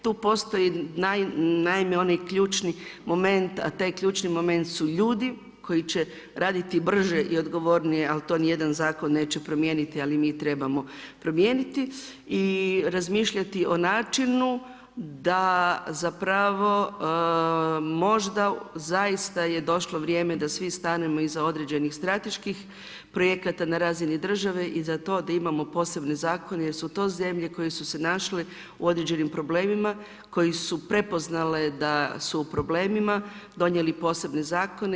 Tu postoji naime onaj ključni moment a taj ključni moment su ljudi koji će raditi brže i odgovornije ali to niti jedan zakon neće promijeniti ali mi trebamo promijeniti i razmišljati o načinu da zapravo možda zaista je došlo vrijeme da svi stanemo iza određenih strateških projekata na razini države i za to da imamo posebne zakone jer su to zemlje koje su se našle u određenim problemima koje su prepoznale da su u problemima, donijeli posebne zakone.